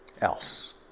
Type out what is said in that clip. else